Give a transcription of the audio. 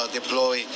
deploy